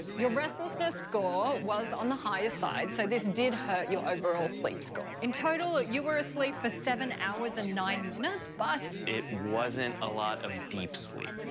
your restlessness score was on the higher side, so this did hurt your overall sleep score. in total, you were asleep for seven hours and nine minutes, but. it wasn't a lot of deep sleep.